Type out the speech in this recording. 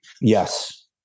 Yes